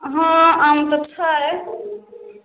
हँ आमसब छै